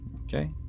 Okay